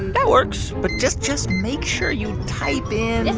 that works. but just just make sure you type in. this